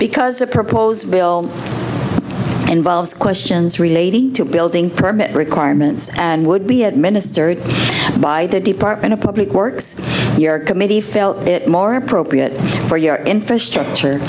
because the proposed bill involves questions relating to building permit requirements and would be administered by the department of public works your committee felt it more appropriate for your infrastructure